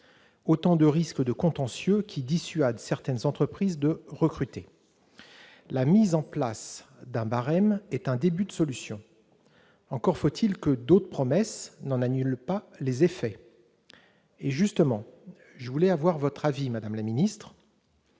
autant de risques de contentieux qui dissuadent certaines entreprises de recruter. La mise en place d'un barème est un début de solution. Encore faut-il que d'autres promesses n'en annulent pas les effets. À cet égard, je souhaiterais avoir votre avis, madame la ministre,